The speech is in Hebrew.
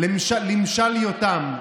למשל יותם.